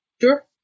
Sure